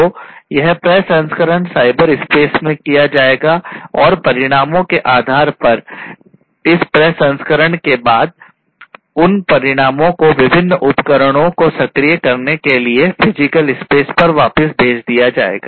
तो यह प्रसंस्करण साइबर स्पेस में किया जाएगा और परिणामों के आधार पर इस प्रसंस्करण के बाद उन परिणामों को विभिन्न उपकरणों को सक्रिय करने के लिए फिजिकल स्पेस पर वापस भेज दिया जाएगा